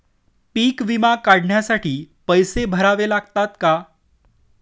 पीक विमा काढण्यासाठी पैसे भरावे लागतात का?